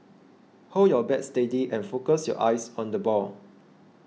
hold your bat steady and focus your eyes on the ball